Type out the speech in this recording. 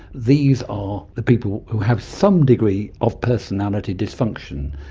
these are the people who have some degree of personality dysfunction.